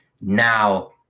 Now